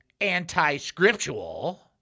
anti-scriptural